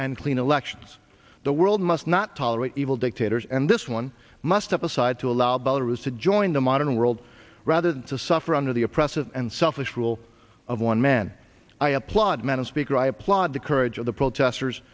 and clean elections the world must not tolerate evil dictators and this one must have a side to allow both of us to join the modern world rather than to suffer under the oppressive and selfish rule of one man i applaud madam speaker i applaud the courage of the protesters